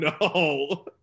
no